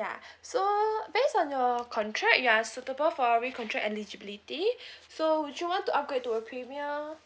ya so based on your contract you are suitable for a recontract eligibility so would you want to upgrade to a premier